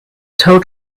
tow